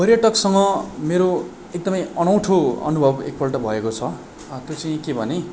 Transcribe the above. पर्यटकसँग मेरो एकदम अनौठो अनुभव एक पल्ट भएको छ त्यो चाहिँ के भने